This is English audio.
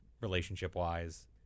Relationship-wise